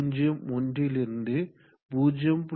01 லிருந்து 0